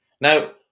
Now